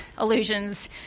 illusions